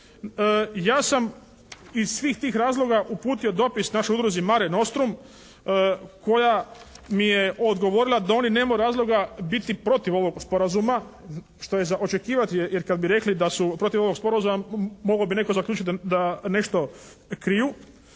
Ja sam iz svih tih razloga uputio dopis našoj udruzi "Mare Nostrum" koja mi je odgovorila da oni nemaju razloga biti protiv ovog sporazuma, što je za očekivati jer kad bi rekli da su protiv ovog sporazuma mogao bi netko zaključiti da nešto kriju.